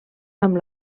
amb